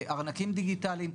ארנקים דיגיטליים,